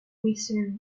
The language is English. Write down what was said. reserve